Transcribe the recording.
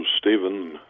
Stephen